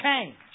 change